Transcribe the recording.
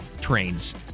trains